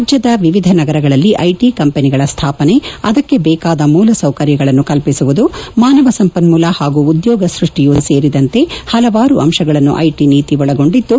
ರಾಜ್ಯದ ವಿವಿಧ ನಗರಗಳಲ್ಲಿ ಐಟಿ ಕಂಪನಿಗಳ ಸ್ಥಾಪನೆ ಅದಕ್ಕೆ ಬೇಕಾದ ಮೂಲಭೂತ ಸೌಕರ್ಯಗಳನ್ನು ಕಲ್ಲಿಸುವುದು ಮಾನವ ಸಂಪನೂಲ ಹಾಗೂ ಉದ್ಯೋಗ ಸ್ವಷ್ಟಿ ಸೇರಿದಂತೆ ಪಲವಾರು ಅಂಶಗಳನ್ನು ಐಟಿ ನೀತಿ ಒಳಗೊಂಡಿದ್ದು